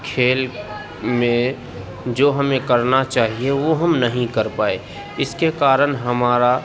کھیل میں جو ہمیں کرنا چاہیے وہ ہم نہیں کر پائے اس کے کارن ہمارا